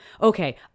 Okay